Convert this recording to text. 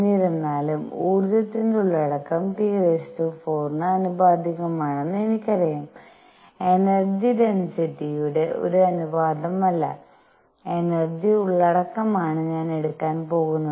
എന്നിരുന്നാലും ഊർജത്തിന്റെ ഉള്ളടക്കം T4 ന് ആനുപാതികമാണെന്ന് എനിക്കറിയാം എനർജി ഡെൻസിറ്റിയുടെ ഒരു അനുപാതമല്ല എനർജി ഉള്ളടക്കമാണ് ഞാൻ എടുക്കാൻ പോകുന്നത്